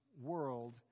world